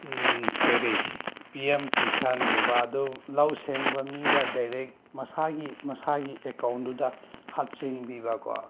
ꯀꯔꯤ P M ꯀꯤꯁꯥꯟꯒꯨꯝꯕ ꯑꯗꯨꯝ ꯂꯧ ꯁꯦꯡꯕ ꯃꯤꯗ ꯗꯥꯏꯔꯦꯛ ꯃꯁꯥꯒꯤ ꯃꯁꯥꯒꯤ ꯑꯦꯀꯥꯎꯟꯗꯨꯗ ꯍꯥꯞꯆꯤꯟꯕꯤꯕꯀꯣ